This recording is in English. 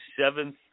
seventh